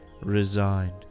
resigned